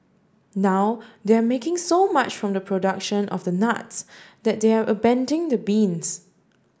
now they're making so much from the production of the nuts that they're the beans